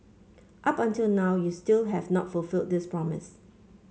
up until now you still have not fulfilled this promise